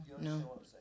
no